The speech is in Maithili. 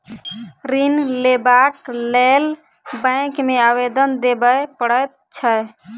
ऋण लेबाक लेल बैंक मे आवेदन देबय पड़ैत छै